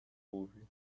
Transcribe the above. ouve